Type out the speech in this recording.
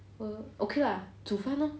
okay lah 煮饭 lor